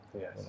Yes